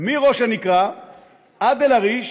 מראש הנקרה עד אל-עריש,